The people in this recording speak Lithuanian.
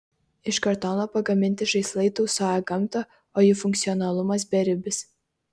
iš kartono pagaminti žaislai tausoja gamtą o jų funkcionalumas beribis